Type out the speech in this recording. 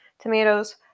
tomatoes